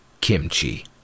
kimchi